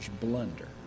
blunder